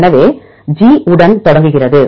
எனவே இது ஜி உடன் தொடங்குகிறது